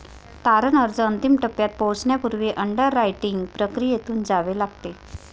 तारण अर्ज अंतिम टप्प्यात पोहोचण्यापूर्वी अंडररायटिंग प्रक्रियेतून जावे लागते